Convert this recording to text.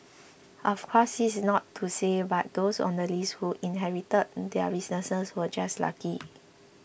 of course this is not to say that those on the list who inherited their businesses were just lucky